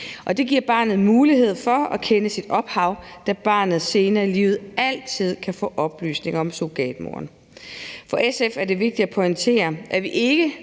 Det giver barnet mulighed for at kende sit ophav, da barnet senere i livet altid kan få oplysninger om surrogatmoren. For SF er det vigtigt at pointere, at vi ikke